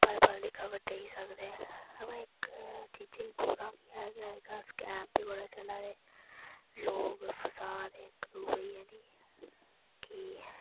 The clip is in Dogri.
पल पल दी खबर देई सकदे अवा इक चीजा गी बुरा बी ऐ कि अजकल स्कैम बी बड़े चलै दे लोग फसा दे इक दूए गी ऐ निं कि